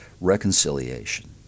reconciliation